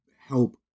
help